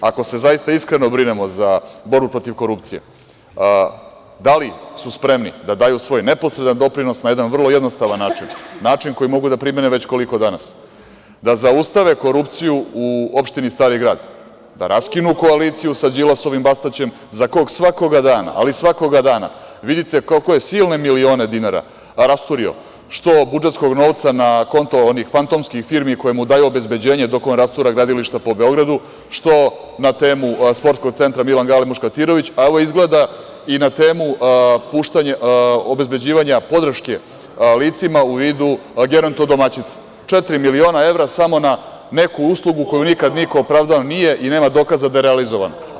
Ako se zaista iskreno brinemo za borbu protiv korupcije, da li su spremni da daju svoj neposredan doprinos na jedan vrlo jednostavan način, način koji mogu da primene već koliko danas, da zaustave korupciju u opštini Stari grad, da raskinu koaliciju sa Đilasom i Bastaćem, za kog svakoga dana, ali svakoga dana vidite kolike je silne milione dinara rasturio, što budžetskog novca na konto onih fantomskih firmi koje mu daju obezbeđenje, dok on rastura gradilišta po Beogradu, što na temu SC „Milan Gale Muškatirović“, a evo izgleda i na temu obezbeđivanja podrške licima u vidu gerontodomaćica, četiri miliona evra samo na neku uslugu koju nikad niko opravdao nije i nema dokaza da je realizovana.